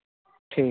ਠੀਕ